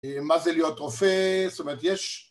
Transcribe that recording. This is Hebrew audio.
מה זה להיות רופא? זאת אומרת, יש..